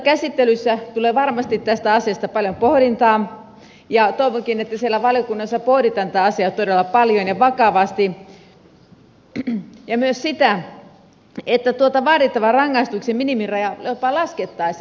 valiokuntakäsittelyssä tulee varmasti tästä asiasta paljon pohdintaa ja toivonkin että siellä valiokunnassa pohditaan tätä asiaa todella paljon ja vakavasti ja myös sitä että tuota vaadittavan rangaistuksen minimirajaa jopa laskettaisiin